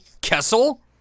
Kessel